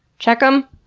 check em!